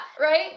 right